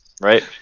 Right